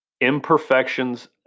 imperfections